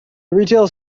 retail